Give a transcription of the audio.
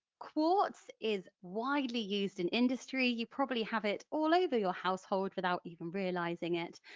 quartz is widely used in industry, you probably have it all over your household without even realising it.